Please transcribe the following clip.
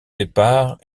épars